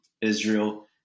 Israel